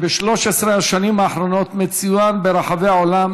שב-13 השנים האחרונות מצוין ברחבי העולם